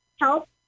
Help